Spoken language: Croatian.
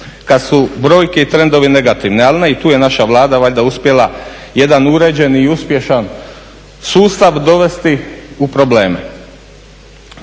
kad su brojke i trendovi negativni. Ali ne i tu je naša Vlada valjda uspjela jedan uređen i uspješan sustav dovesti u probleme.